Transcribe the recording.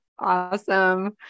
Awesome